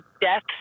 death